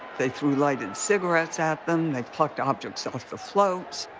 they threw lighted cigarettes at them. they plucked objects off the floats.